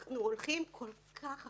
אנחנו הולכים כל כך אחורה.